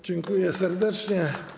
Dziękuję serdecznie.